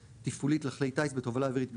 תפעולית לכלי טיס בתובלה אווירית מסחרית,